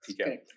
okay